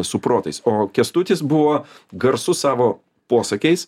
su protais o kęstutis buvo garsus savo posakiais